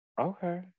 Okay